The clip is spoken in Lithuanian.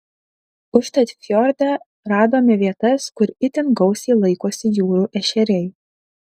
užtat fjorde radome vietas kur itin gausiai laikosi jūrų ešeriai